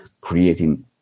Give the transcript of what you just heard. creating